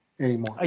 anymore